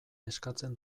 eskatzen